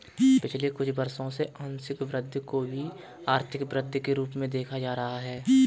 पिछले कुछ वर्षों से आंशिक वृद्धि को भी आर्थिक वृद्धि के रूप में देखा जा रहा है